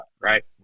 right